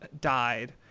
died